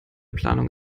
planung